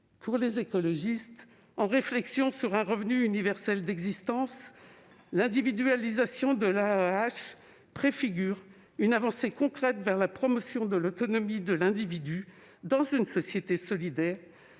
». Les écologistes réfléchissent à la question du revenu universel d'existence et l'individualisation de l'AAH préfigure une avancée concrète vers la promotion de l'autonomie de l'individu dans une société solidaire,